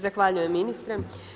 Zahvaljujem ministre.